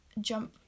jump